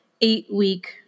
eight-week